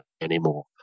anymore